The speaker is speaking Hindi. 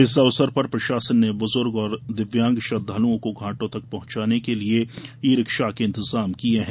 इस अवसर पर प्रशासन ने बुजुर्ग और दिव्यांग श्रद्धालुओं को घाटों तक पहुंचाने के लिए ई रिक्शा के इंतजाम किये हैं